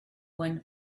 went